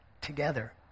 together